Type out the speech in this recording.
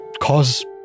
cause